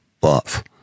buff